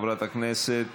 חברת הכנסת